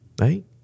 right